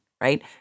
right